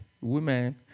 women